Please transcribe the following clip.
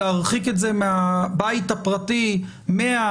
להרחיב כמה שיותר חופש ביטוי ומחאה,